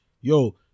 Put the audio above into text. Yo